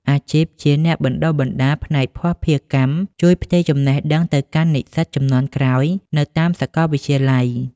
អាជីពជាអ្នកបណ្តុះបណ្តាលផ្នែកភស្តុភារកម្ម ជួយផ្ទេរចំណេះដឹងទៅកាន់និស្សិតជំនាន់ក្រោយនៅតាមសាកលវិទ្យាល័យ។